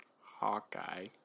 Hawkeye